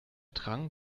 drang